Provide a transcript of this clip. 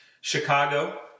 Chicago